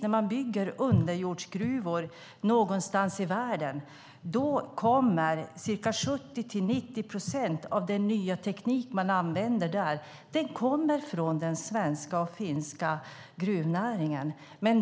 När man bygger underjordsgruvor någonstans i världen kommer ca 70-90 procent av den nya teknik man använder från den svenska och den finska gruvnäringen.